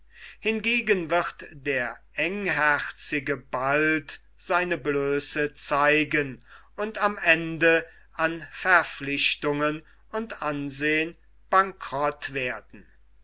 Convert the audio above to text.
hingegen wird der engherzige bald seine blöße zeigen und am ende an verpflichtungen und ansehn bankerott werden